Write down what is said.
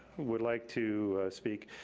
would like to speak.